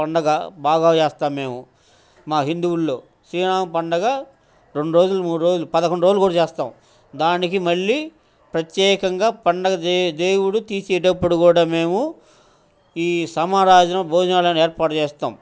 పండగ బాగా చేస్తాం మేము మా హిందువుల్లో శ్రీరామ పండగ రెండు రోజులు మూడు రోజులు పదకొండు రోజులు కూడా చేస్తాం దానికి మళ్ళీ ప్రత్యేకంగా పండగ దే దేవుడు తీసేటప్పుడు కూడా మేము ఈ సమారాధన భోజనాలను ఏర్పాటు చేస్తాం